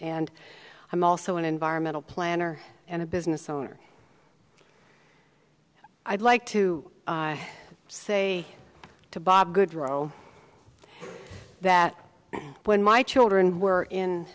and i'm also an environmental planner and a business owner i'd like to say to bob good row that when my children were in